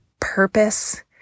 purpose